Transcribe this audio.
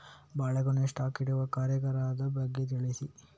ಬಾಳೆಗೊನೆ ಸ್ಟಾಕ್ ಇಡುವ ಕಾರ್ಯಗಾರದ ಬಗ್ಗೆ ತಿಳಿಸಿ